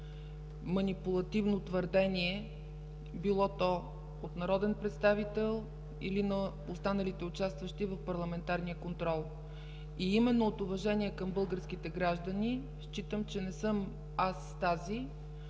манипулативно твърдение, било то народен представител или на останалите участващи в парламентарния контрол. Именно от уважение към българските граждани считам, че не съм аз тази,